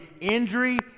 injury